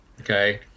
okay